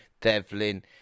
Devlin